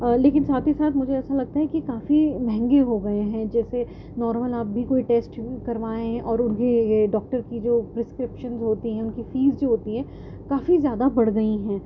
لیکن ساتھ ہی ساتھ مجھے ایسا لگتا ہے کہ کافی مہنگے ہو گئے ہیں جیسے نارمل آپ بھی کوئی ٹیسٹ کروائیں اور ڈاکٹر کی جو پرسکیپشنز ہوتی ہیں ان کی فیس جو ہوتی ہیں کافی زیادہ بڑھ گئی ہیں